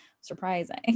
surprising